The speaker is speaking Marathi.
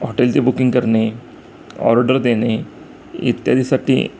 हॉटेलची बुकिंग करणे ऑर्डर देणे इत्यादी